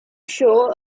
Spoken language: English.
show